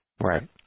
Right